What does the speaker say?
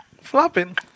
flopping